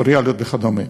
סקטוריאליות וכדומה.